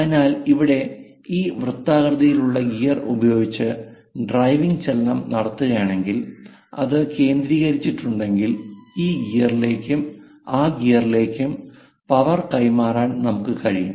അതിനാൽ ഇവിടെ ഈ വൃത്താകൃതിയിലുള്ള ഗിയർ ഉപയോഗിച്ച് ഡ്രൈവിംഗ് ചലനം നടത്തിയിട്ടുണ്ടെങ്കിൽ അത് കേന്ദ്രീകരിച്ചിട്ടുണ്ടെങ്കിൽ ഈ ഗിയറിലേക്കും ആ ഗിയറിലേക്കും പവർ കൈമാറാൻ നമുക്ക് കഴിയും